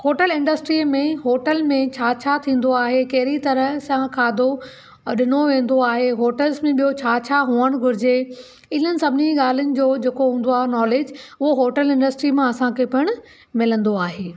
hotel industry में hotel में छा छा थींदो आहे कहिड़ी तरहं सां खाधो ॾिनो वेंदो आहे होटल्स में ॿियो छा छा हुअण घुर्जे इननि सभिनी ॻाल्हिनि जो जेको हूंदो आह् नॉलेज वो होटल इंडस्ट्री मां असांखे पण मिलंदो आहे